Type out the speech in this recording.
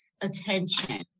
attention